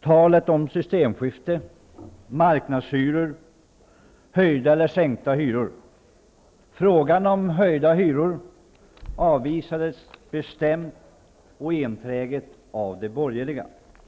talade man om systemskifte, marknadshyror, höjda eller sänkta hyror. Frågan om höjda hyror avvisades bestämt och enträget av de borgerliga.